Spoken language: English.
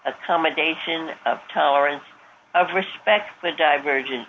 accommodation of tolerance of respect for divergent